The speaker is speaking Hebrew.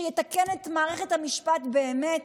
שיתקן את מערכת המשפט באמת